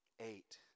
Eight